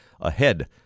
ahead